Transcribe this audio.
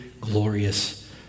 glorious